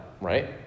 right